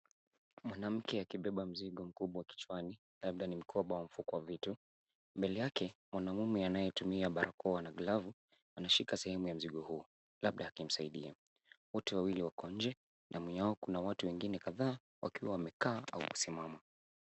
Mwanamke amebeba mzigo mkubwa kichwani, labda mkoba uliojaa vitu. Mbele yake, mwanaume aliyevaa barakoa na glavu anashika sehemu ya mzigo huo, huenda akimsaidia. Watu hao wawili wanasimama, na jirani yao kuna watu wengine kadhaa, baadhi wakiwa wamekaa na wengine wamesimama